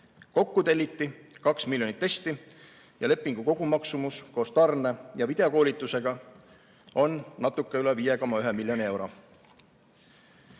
Kokku telliti 2 miljonit testi ja lepingu kogumaksumus koos tarne ja videokoolitusega on natuke üle 5,1 miljoni euro.